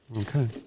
Okay